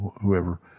whoever